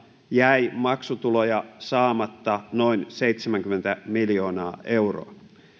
jäi maksutuloja saamatta noin seitsemänkymmentä miljoonaa euroa